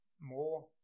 more